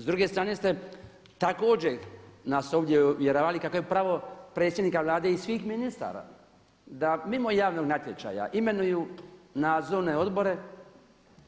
S druge strane ste također nas ovdje uvjeravali kako je pravo predsjednika Vlade i svih ministara da mimo javnog natječaja imenuju nadzorne odbore